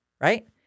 right